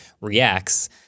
reacts